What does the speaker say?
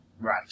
Right